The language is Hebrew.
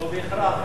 לא בהכרח.